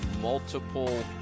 multiple